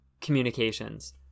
communications